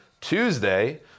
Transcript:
Tuesday